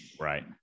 Right